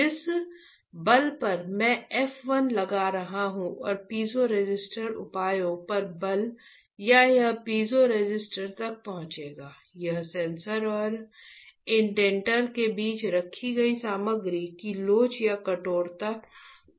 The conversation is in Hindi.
जिस बल पर मैं f 1 लगा रहा हूं और पीजोरेसिस्टर उपायों पर बल या यह पीजोरेसिस्टर तक पहुंचेगा यह सेंसर और इंडेंटर के बीच रखी गई सामग्री की लोच या कठोरता पर निर्भर करेगा